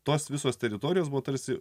tos visos teritorijos buvo tarsi